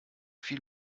viel